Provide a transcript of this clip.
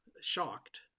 shocked